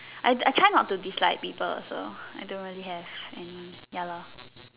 I I try not to dislike people so I don't really have any ya lah